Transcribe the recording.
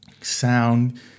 sound